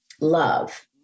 love